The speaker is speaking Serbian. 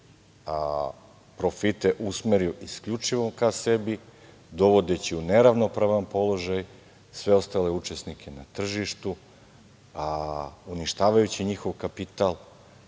profite usmerio isključivo ka sebi, dovodeći u neravnopravan položaj sve ostale učesnike na tržištu, a uništavajući njihov kapital,